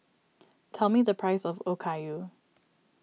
tell me the price of Okayu